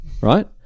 right